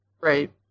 Right